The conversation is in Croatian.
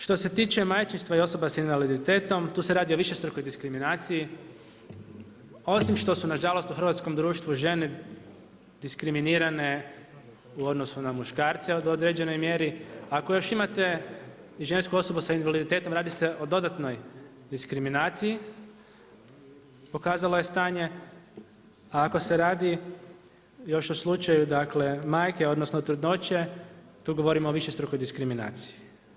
Što se tiče majčinstva i osoba sa invaliditetom tu se radi o višestrukoj diskriminaciji, osim što su nažalost u hrvatskom društvu žene diskriminirane u odnosu na muškarce u određenoj mjeri ako još imate i žensku osobu sa invaliditetom radi se o dodatnoj diskriminaciji pokazalo je stanje a ako se radi još o slučaju dakle majke, odnosno trudnoće, tu govorimo o višestrukoj diskriminaciji.